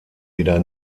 wieder